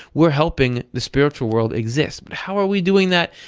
we're helping the spiritual world exist. but how are we doing that?